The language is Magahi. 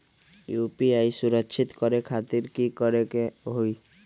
यू.पी.आई सुरक्षित करे खातिर कि करे के होलि?